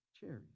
cherries